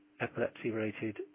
epilepsy-related